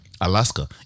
Alaska